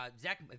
Zach